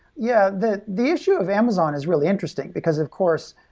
yeah, the the issue of amazon is really interesting, because, of course,